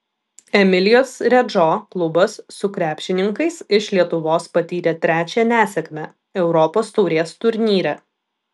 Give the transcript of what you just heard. emilijos redžo klubas su krepšininkais iš lietuvos patyrė trečią nesėkmę europos taurės turnyre